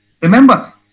Remember